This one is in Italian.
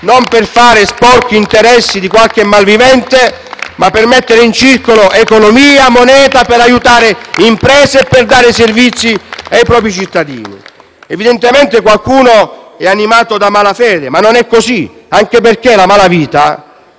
non per fare gli sporchi interessi di qualche malvivente, ma per mettere in circolo economia e moneta per aiutare le imprese e offrire servizi ai propri cittadini. Evidentemente qualcuno è animato da malafede, ma non è così, anche perché la malavita